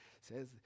says